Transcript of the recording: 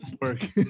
work